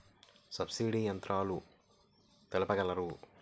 Subsidy యంత్రాలు తెలుపగలరు?